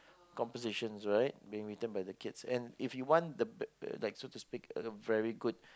compositions right being written by the kids and if you want the best uh like so to speak the very good